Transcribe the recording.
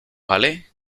vale